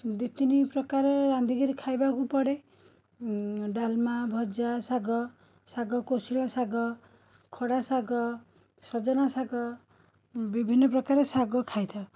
ଦୁଇ ତିନିପ୍ରକାର ରାନ୍ଧିକିରି ଖାଇବାକୁ ପଡ଼େ ଡାଲମା ଭଜା ଶାଗ ଶାଗ କୋଷିଳା ଶାଗ ଖଡ଼ା ଶାଗ ସଜନା ଶାଗ ବିଭିନ୍ନ ପ୍ରକାର ଶାଗ ଖାଇଥାଉ